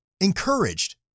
encouraged